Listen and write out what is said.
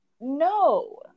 no